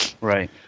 Right